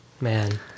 man